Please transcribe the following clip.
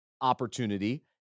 opportunity